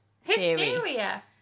Hysteria